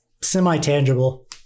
semi-tangible